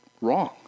wrong